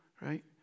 right